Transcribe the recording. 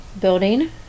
building